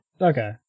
okay